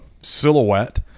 silhouette